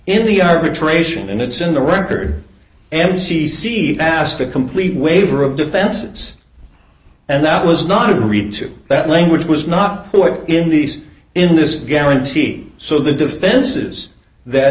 in the arbitration and it's in the record and c c asked a complete waiver of defense and that was not agreed to that language was not put in these in this guarantee so the defenses that